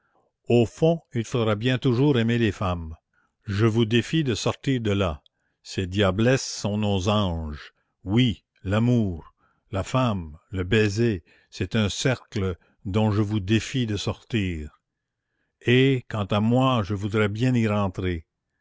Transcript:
au fond il faudra bien toujours aimer les femmes je vous défie de sortir de là ces diablesses sont nos anges oui l'amour la femme le baiser c'est un cercle dont je vous défie de sortir et quant à moi je voudrais bien y rentrer